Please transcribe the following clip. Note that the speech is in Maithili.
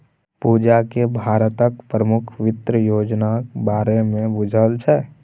पूजाकेँ भारतक प्रमुख वित्त योजनाक बारेमे बुझल छै